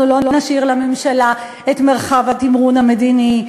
אנחנו לא נשאיר לממשלה את מרחב התמרון המדיני,